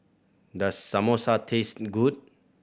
does Samosa taste good